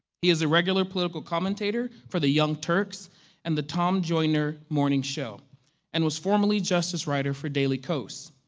he is a regular political commentator for the young turks and the tom joyner morning show and was formerly justice writer for daily kos.